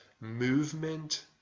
movement